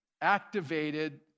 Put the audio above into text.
activated